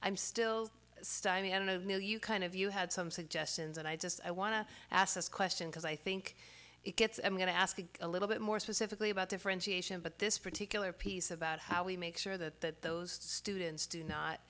i'm still studying the end of the you kind of you had some suggestions and i just i want to ask this question because i think it gets i'm going to ask you a little bit more specifically about differentiation but this particular piece about how we make sure that those students do not